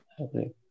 Okay